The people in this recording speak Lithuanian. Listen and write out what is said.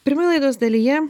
pirmoj laidos dalyje